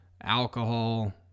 alcohol